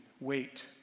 wait